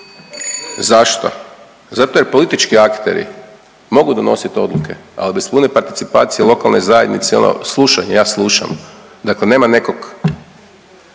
Zašto? Zato jer politički akteri mogu donositi odluke, ali bez pune participacije lokalne zajednice ono slušanje, ja slušam, dakle nema nekog